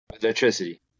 Electricity